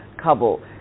Kabul